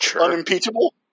Unimpeachable